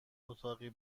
اتاقی